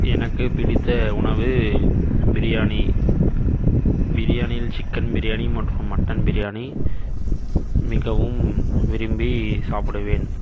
எனக்கு பிடித்த உணவு பிரியாணி பிரியாணியில் சிக்கன் பிரியாணி மற்றும் மட்டன் பிரியாணி மிகவும் விரும்பி சாப்பிடுவேன்